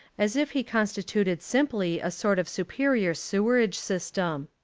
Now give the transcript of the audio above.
as if he constituted simply a sort of superior sewerage system.